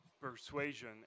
persuasion